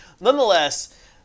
nonetheless